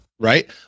Right